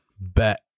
Bet